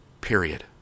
period